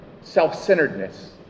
self-centeredness